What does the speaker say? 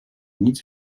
nic